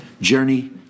Journey